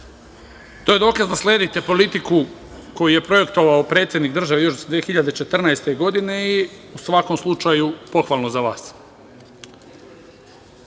To je dokaz da sledite politiku koju je projektovao predsednik države još 2014. godine i u svakom slučaju pohvalno za vas. Što